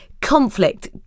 conflict